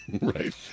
Right